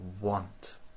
want